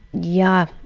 yeah.